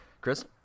Chris